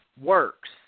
works